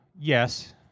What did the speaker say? yes